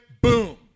boom